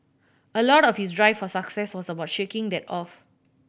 a lot of his drive for success was about shaking that off